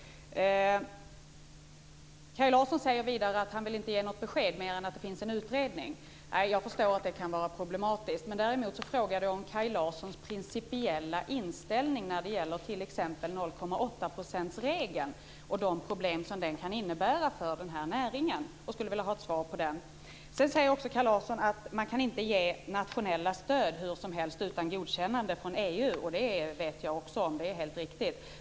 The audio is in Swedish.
Kaj Larsson säger vidare att han inte vill ge något besked mer än att det finns en utredning. Jag förstår att det kan vara problematiskt. Däremot frågade jag om Kaj Larssons principiella inställning när det gäller t.ex. regeln om 0,8 % och de problem som den kan innebära för den här näringen. Jag skulle vilja ha ett svar på det. Sedan säger också Kaj Larsson att man inte kan ge nationella stöd hur som helst utan erkännande från EU. Det vet jag också, det är helt riktigt.